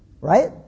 right